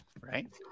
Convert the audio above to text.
right